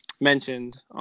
mentioned